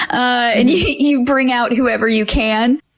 um and you you bring out whoever you can.